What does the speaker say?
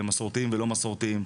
מסורתיים ולא מסורתיים.